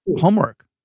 homework